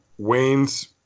Waynes